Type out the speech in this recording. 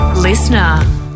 Listener